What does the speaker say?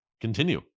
continue